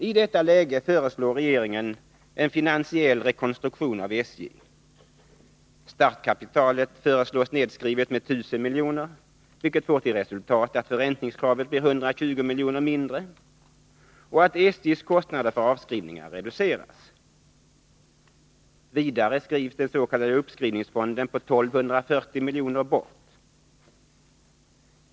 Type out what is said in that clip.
I detta läge föreslår regeringen en finansiell rekonstruktion av SJ — startkapitalet föreslås nedskrivet med 1 000 miljoner, vilket får till resultat att förräntningskravet blir 120 miljoner mindre och att SJ:s kostnader för avskrivningar reduceras. Vidare skrivs den s.k. uppskrivningsfonden på 1 240 miljoner bort.